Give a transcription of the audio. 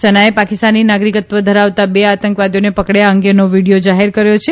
સેનાએ પાકિસ્તાની નાગરિકત્વ ધરાવતા બે આતંકવાદીઓને પકડ્યા અંંગેનો વીડિયો જાહેર કર્યો છે